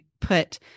put